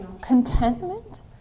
Contentment